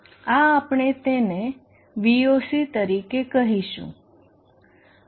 આ આપણે તેને Voc તરીકે કહીશું